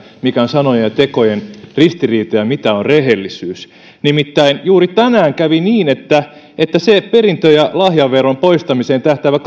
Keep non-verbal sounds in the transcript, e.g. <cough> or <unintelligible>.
mikä on sanojen ja tekojen ristiriita ja mitä on rehellisyys nimittäin juuri tänään kävi niin että edustaja heinonen joka julkisesti sanoi allekirjoittaneensa perintö ja lahjaveron poistamiseen tähtäävän <unintelligible>